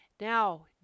Now